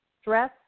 stress